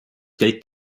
geld